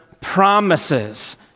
promises